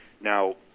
Now